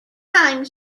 time